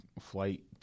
flight